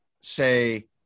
say –